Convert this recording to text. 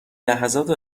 لحظات